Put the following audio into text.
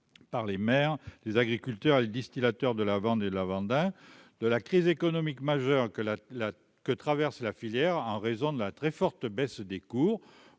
par les maires, les agriculteurs et distillateurs de la Vendée, la de la crise économique majeure que la la que traverse la filière en raison de la très forte baisse des cours,